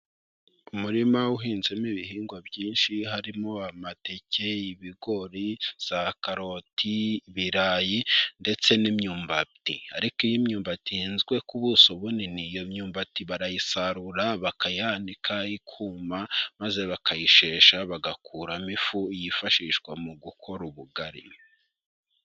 Umurima uhinzemo ibihingwa byinshi harimo: Amateke, ibigori, za karoti, ibirayi ndetse n'imyumbati, ariko iyo imyumba ihinzwe ku buso bunini, iyo myumbati barayisarura, bakayanika ikuma, maze bakayishesha, bagakuramo ifu yifashishwa mu gukora ubugari.